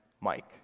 Mike